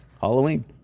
Halloween